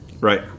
right